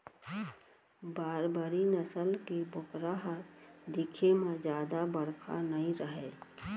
बारबरी नसल के बोकरा ह दिखे म जादा बड़का नइ रहय